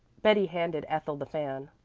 betty handed ethel the fan.